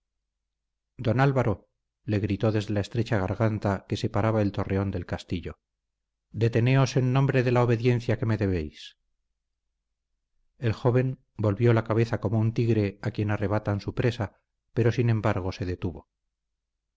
don álvaro le gritó desde la estrecha garganta que separaba el torreón del castillo detenéos en nombre de la obediencia que me debéis el joven volvió la cabeza como un tigre a quien arrebatan su presa pero sin embargo se detuvo